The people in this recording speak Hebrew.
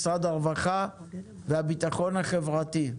משרד הרווחה והביטחון החברתי,